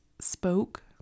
spoke